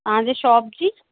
तव्हांजे शॉप जी